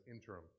interim